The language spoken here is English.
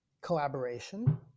collaboration